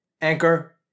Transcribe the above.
Anchor